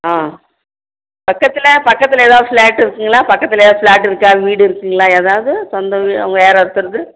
ஆ பக்கத்தில் பக்கத்தில் எதாவது ஃப்ளாட் இருக்குங்களா பக்கத்தில் எதாவது ஃப்ளாட் இருக்கா வீடு இருக்குதுங்களா எதாவது சொந்த அவங்க யாராவது ஒருத்தருது